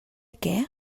què